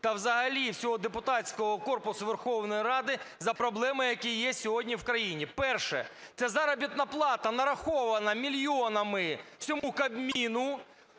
та взагалі всього депутатського корпусу Верховної Ради за проблеми, які є сьогодні в країні. Перше, це заробітна плата, нарахована мільйонами всьому Кабміну,